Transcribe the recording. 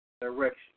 direction